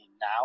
now